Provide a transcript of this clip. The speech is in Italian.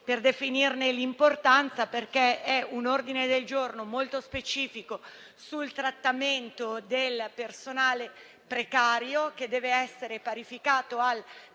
per definirne l'importanza. Si tratta di un ordine del giorno molto specifico sul trattamento del personale precario, che deve essere parificato al personale